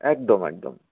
একদম একদম